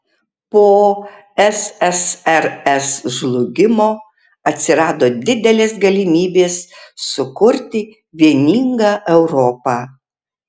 po ssrs žlugimo atsirado didelės galimybės sukurti vieningą europą